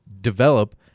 develop